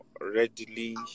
readily